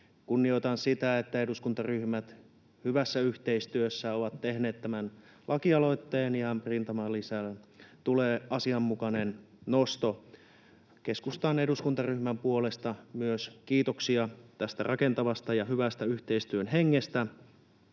kunnioitan sitä, että eduskuntaryhmät hyvässä yhteistyössä ovat tehneet tämän lakialoitteen ja rintamalisään tulee asianmukainen nosto. Myös keskustan eduskuntaryhmän puolesta kiitoksia tästä rakentavasta ja hyvästä yhteistyön hengestä.